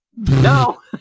No